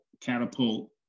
catapult